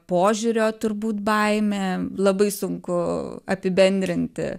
požiūrio turbūt baimė labai sunku apibendrinti